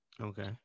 Okay